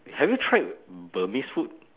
have you tried burmese food